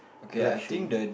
black shoe